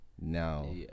Now